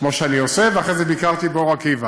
כמו שאני עושה, ואחרי זה ביקרתי באור-עקיבא.